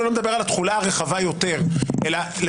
לא מדבר על התחולה הרחבה יותר לממשלה,